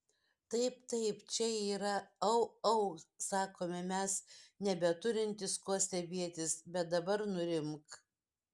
taip taip čia yra au au sakome mes nebeturintys kuo stebėtis bet dabar nurimk